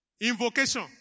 Invocation